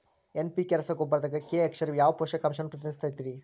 NPK ರಸಗೊಬ್ಬರದಾಗ K ಅಕ್ಷರವು ಯಾವ ಪೋಷಕಾಂಶವನ್ನ ಪ್ರತಿನಿಧಿಸುತೈತ್ರಿ?